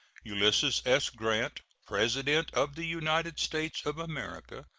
ulysses s. grant, president of the united states of america,